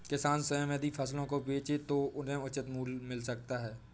किसान स्वयं यदि फसलों को बेचे तो उन्हें उचित मूल्य मिल सकता है